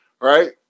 right